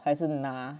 还是拿